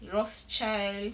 rothschild